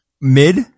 Mid